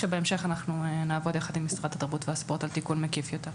כשבהמשך אנחנו נעבוד יחד עם משרד התרבות והספורט על תיקון מקיף יותר.